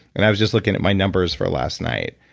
and i was just looking at my numbers for last night.